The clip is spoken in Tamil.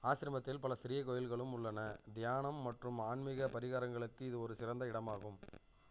ஆசிரமத்தில் பல சிறிய கோயில்களும் உள்ளன தியானம் மற்றும் ஆன்மீகப் பரிகாரங்களுக்கு இது ஒரு சிறந்த இடமாகும்